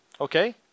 Okay